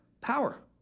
Power